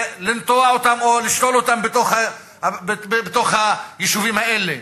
לנטוע אותם או לשתול אותם בתוך היישובים האלה,